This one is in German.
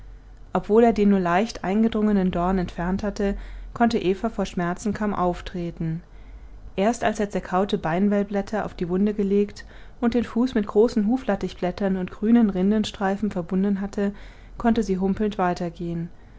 obwohl er den nur leicht eingedrungenen dorn entfernt hatte konnte eva vor schmerzen kaum auftreten erst als er zerkaute beinwellblätter auf die wunde gelegt und den fuß mit großen huflattichblättern und grünen rindenstreifen verbunden hatte konnte sie humpelnd weitergehen